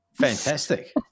Fantastic